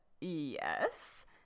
yes